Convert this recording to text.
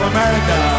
America